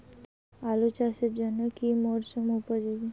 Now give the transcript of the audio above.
আলু চাষের জন্য কি মরসুম উপযোগী?